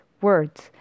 words